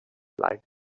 like